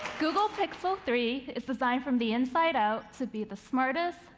google pixel three is designed from the inside out to be the smartest,